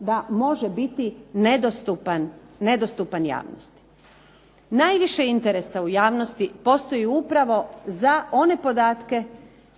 da može biti nedostupan javnosti. Najviše interesa u javnosti postoji upravo za one podatke